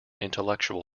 intellectual